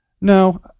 no